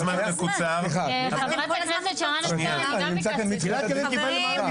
סליחה, אני נמצא כאן מתחילת הדיון.